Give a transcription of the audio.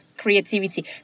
creativity